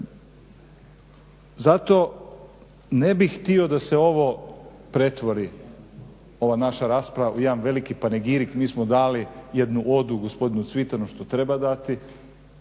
Zato ne bih htio da se ovo pretvori, ova naša rasprava u jedan veliki panegirik. Mi smo dali jednu odu gospodinu Cvitanu što treba dati.